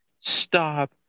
stop